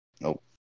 Nope